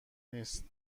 نیست